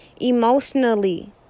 emotionally